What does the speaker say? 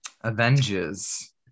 Avengers